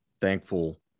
thankful